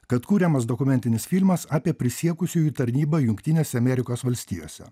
kad kuriamas dokumentinis filmas apie prisiekusiųjų tarnybą jungtinėse amerikos valstijose